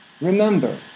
Remember